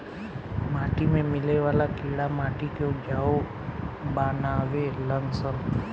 माटी में मिले वाला कीड़ा माटी के उपजाऊ बानावे लन सन